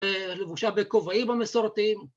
‫לבושה בכובעים המסורתיים.